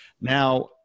Now